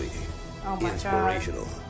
Inspirational